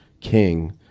king